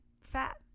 fat